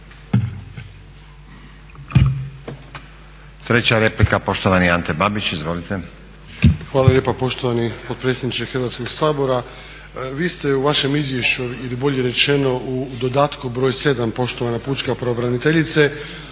Treća replika, poštovani Ante Babić, izvolite. **Babić, Ante (HDZ)** Hvala lijepa poštovani potpredsjedniče Hrvatskoga sabora. Vi ste u vašem izvješću ili bolje rečeno u dodatku br. 7. poštovana pučka pravobraniteljice